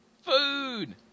food